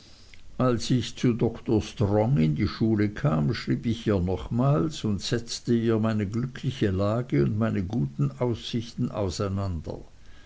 als ich zu dr strong in die schule kam schrieb ich ihr nochmals und setzte ihr meine glückliche lage und meine guten aussichten auseinander